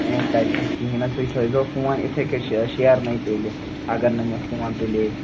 ہے کَتہِ حظ کِہیٖنۍ نہَ حظ تُہۍ تھٲوزِہو فون یِتھَے کٔنۍ شیر شیرنٕے تیٚلہِ اگر نہٕ مےٚ فون تُلے